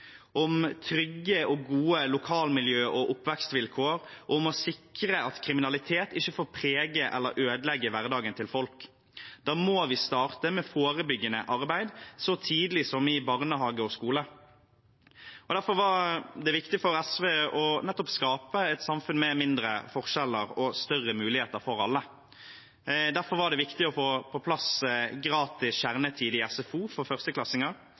om trygge og gode lokalmiljøer og oppvekstvilkår og om å sikre at kriminalitet ikke får prege eller ødelegge hverdagen til folk. Da må vi starte med forebyggende arbeid så tidlig som i barnehage og skole. Derfor var det viktig for SV nettopp å skape et samfunn med mindre forskjeller og større muligheter for alle. Derfor var det viktig å få på plass gratis kjernetid i SFO for førsteklassinger,